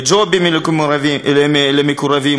בג'ובים למקורבים,